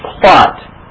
plot